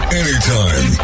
anytime